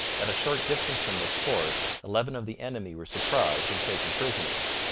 at a short distance from this fort eleven of the enemy were surprised and taken prisoners.